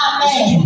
Amen